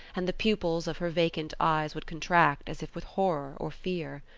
and the pupils of her vacant eyes would contract as if with horror or fear.